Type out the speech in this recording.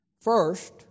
First